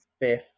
fifth